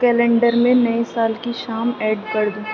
calendar میں نئے سال کی شام ایڈ کر دو